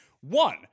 one